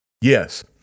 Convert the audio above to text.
Yes